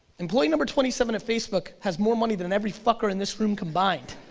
employee number twenty seven at facebook has more money than every fucker in this room combined.